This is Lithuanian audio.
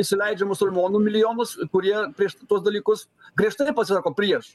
įsileidžia musulmonų milijonus kurie prieš tuos dalykus griežtai pasisako prieš